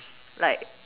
like